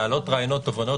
להעלות רעיונות ותובנות.